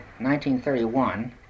1931